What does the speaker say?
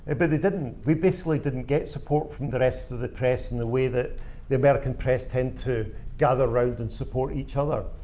ah but they didn't. we basically didn't get support from the rest of the press in the way that the american press tend to gather round and support each other.